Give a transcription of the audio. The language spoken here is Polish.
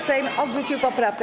Sejm odrzucił poprawkę.